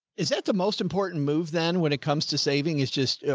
is that the most important move then when it comes to saving is just,